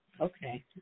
Okay